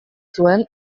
zuen